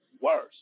worse